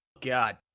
god